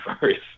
first